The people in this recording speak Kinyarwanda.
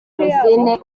rosine